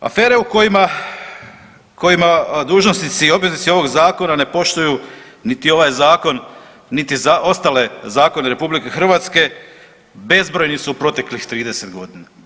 Afere u kojima dužnosnici i obveznici ovog Zakona ne poštuju niti ovaj Zakon niti ostale zakone RH bezbrojni su u proteklih 30 godina.